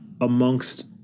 amongst